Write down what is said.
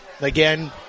Again